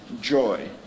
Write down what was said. joy